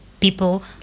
people